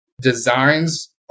designs